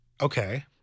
Okay